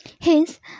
hence